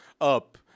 up